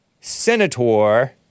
Senator